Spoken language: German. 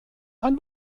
ein